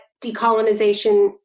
decolonization